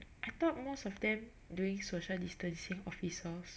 I thought most of them doing social distancing officers